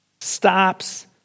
stops